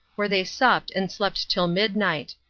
where they supped and slept till midnight.